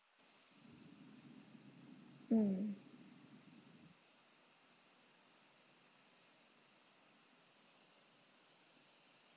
mm